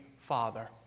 Father